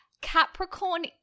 Capricorn